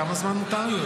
כמה זמן מותר לי?